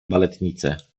baletnice